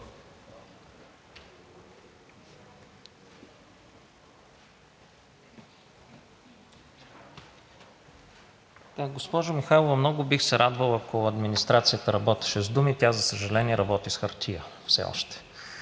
Госпожо Михайлова, много бих се радвал, ако администрацията работеше с думи. Тя, за съжаление, работи с хартия,